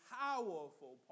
powerful